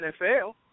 NFL